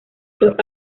los